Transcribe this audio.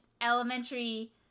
elementary